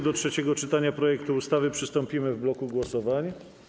Do trzeciego czytania projektu ustawy przystąpimy w bloku głosowań.